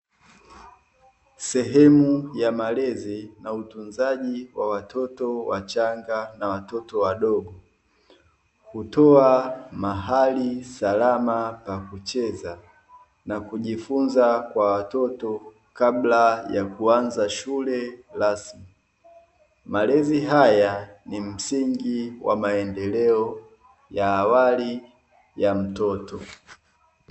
Sehemu ya malezi na utunzaji wa watoto wachanga na watoto wadogo. Hutoa mahali salama pakucheza na kujifunza kwa watoto kabla ya kuanza shule rasmi . Malezi haya ni msingi wa maendeleo ya awali ya mtoto.